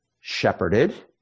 shepherded